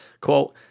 Quote